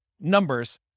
numbers